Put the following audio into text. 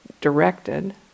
directed